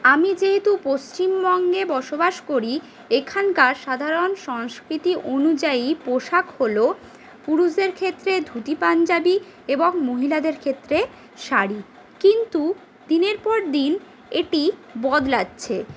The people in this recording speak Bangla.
আমি যেহেতু পশ্চিমবঙ্গে বসবাস করি এখানকার সাধারণ সংস্কৃতি অনুযায়ী পোশাক হল পুরুষদের ক্ষেত্রে ধুতি পাঞ্জাবী এবং মহিলাদের ক্ষেত্রে শাড়ি কিন্তু দিনের পর দিন এটি বদলাচ্ছে